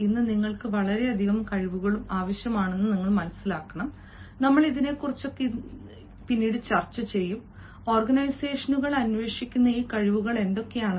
ഇന്ന് നിങ്ങൾക്ക് വളരെയധികം കഴിവുകൾ ആവശ്യമാണ് നമ്മൾ ഇതിനെക്കുറിച്ചു ചർച്ച ചെയ്യും ഓർഗനൈസേഷനുകൾ അന്വേഷിക്കുന്ന ഈ കഴിവുകൾ എന്തൊക്കെയാണ്